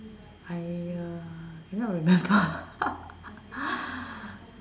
I uh cannot remember